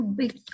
big